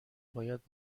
باید